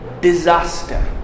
Disaster